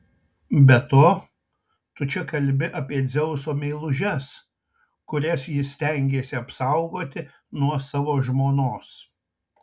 be to tu čia kalbi apie dzeuso meilužes kurias jis stengėsi apsaugoti nuo savo žmonos